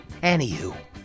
Anywho